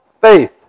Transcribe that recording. faith